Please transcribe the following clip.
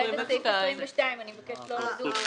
סעיף 22. כרגע זה סעיף 22 שאני מבקשת לא לדון בו.